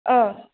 ओ